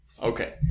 Okay